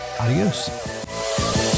Adios